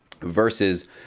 versus